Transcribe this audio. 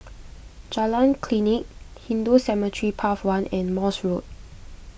Jalan Klinik Hindu Cemetery Path one and Morse Road